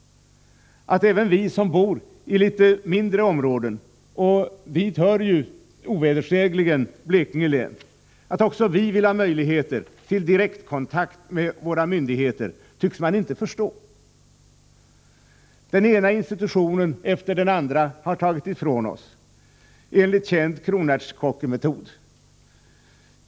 Att även vi som bor i litet mindre områden — och dit hör ovedersägligen Blekinge län — också vill ha möjligheter till direktkontakt med våra myndigheter tycks man inte förstå. Den ena institutionen efter den andra har tagits ifrån oss, enligt känd kronärtskockemetod.